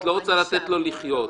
את לא רוצה לתת לו לחיות.